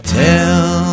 tell